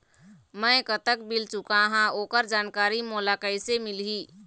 मैं कतक बिल चुकाहां ओकर जानकारी मोला कइसे मिलही?